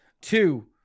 Two